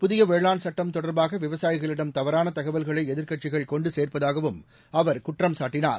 புதிய வேளாண் சுட்டம் தொடர்பாக விவசாயிகளிடம் தவறான தகவல்களை எதிர்க்கட்சிகள் கொண்டு சேர்ப்பதாகவும் அவர் குற்றம் சாட்டினார்